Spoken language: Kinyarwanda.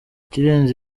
ikirenze